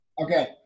okay